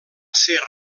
ser